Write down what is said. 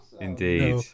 Indeed